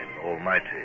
Almighty